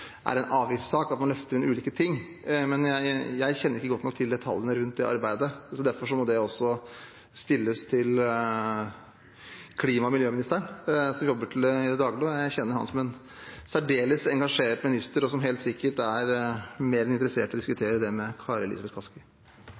arbeidet, så derfor må det også stilles til klima- og miljøministeren, som jobber med det til daglig. Jeg kjenner ham som en særdeles engasjert minister og som helt sikkert er mer enn interessert i å diskutere det med Kari Elisabeth Kaski.